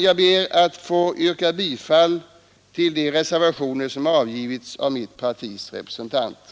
Jag ber att få yrka bifall till de reservationer som avgivits av mitt partis representanter.